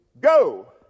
Go